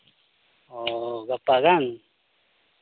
ᱚ ᱜᱟᱯᱟ ᱜᱟᱱ